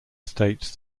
states